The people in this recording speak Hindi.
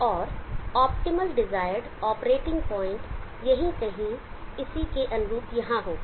और optimal desired operating point Optimal desired operating Point यहाँ कहीं इसी के अनुरूप यहां होगा